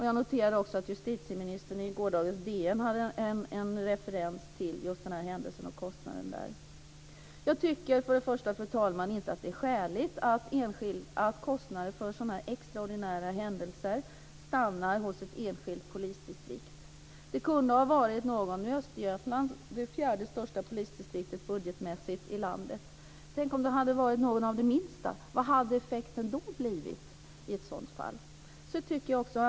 Jag noterar också att justitieministern i gårdagens Dagens Nyheter refererade till den här händelsen och kostnaden för den. Jag tycker inte att det är skäligt att kostnaderna för extraordinära händelser stannar hos ett enskilt polisdistrikt. Nu är Östergötland det fjärde största polisdistriktet bugetmässigt i landet. Men tänk om det hade varit något av de minsta polisdistrikten! Vad hade effekten blivit då?